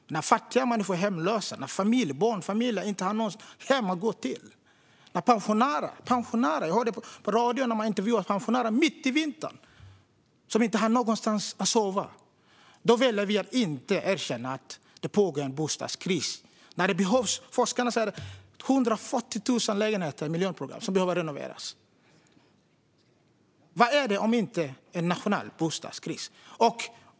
Men när fattiga människor är hemlösa, barnfamiljer inte har något hem att gå till och pensionärer inte har någonstans att sova mitt i vintern - jag hörde på radion hur de intervjuade hemlösa pensionärer - väljer vi att inte erkänna att det pågår en bostadskris. Forskarna säger att det är 140 000 lägenheter i miljonprogrammet som behöver renoveras. Vad är det om inte en nationell bostadskris?